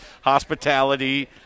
hospitality